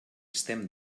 estem